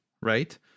right